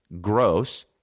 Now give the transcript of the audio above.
Gross